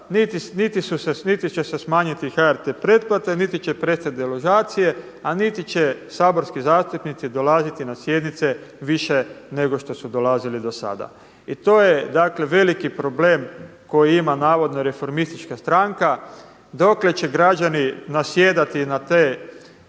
niti će se smanjiti HRT pretplate, niti će prestati deložacije, a niti će saborski zastupnici dolaziti na sjednice više nego što su dolazili do sada. I to je veliki problem koje ima navodno reformistička stranka, dokle će građani nasjedati na te